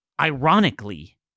Ironically